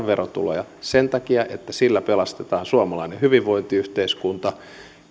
verotuloja sen takia että niillä pelastetaan suomalainen hyvinvointiyhteiskunta